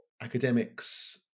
academics